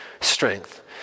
strength